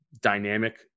dynamic